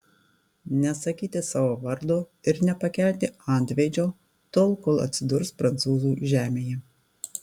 nesakyti savo vardo ir nepakelti antveidžio tol kol atsidurs prancūzų žemėje